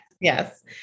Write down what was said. Yes